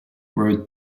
wrote